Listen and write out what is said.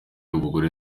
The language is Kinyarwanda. umugore